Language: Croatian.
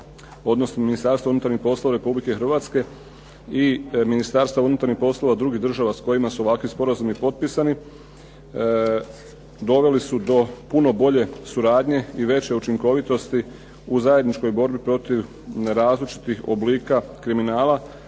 odnosno Ministarstva unutarnjih poslova Republike Hrvatske i ministarstava unutarnjih poslova drugih država s kojima su ovakvi sporazumi potpisani, doveli su do puno bolje suradnje i veće učinkovitosti u zajedničkoj borbi protiv različitih oblika kriminala